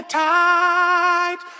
tight